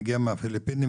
מגיע מהפיליפינים,